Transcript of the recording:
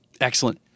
Excellent